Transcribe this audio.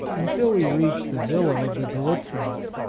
until we reached the villa of the grallitzins.